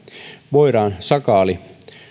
voidaan sakaali